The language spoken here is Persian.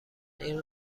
این